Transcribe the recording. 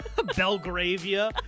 belgravia